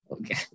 Okay